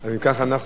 אדוני השר,